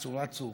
שאצו רצו